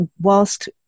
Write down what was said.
whilst